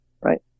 Right